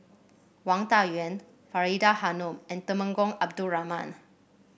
Wang Dayuan Faridah Hanum and Temenggong Abdul Rahman